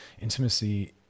Intimacy